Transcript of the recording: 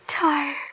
tired